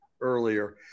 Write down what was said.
earlier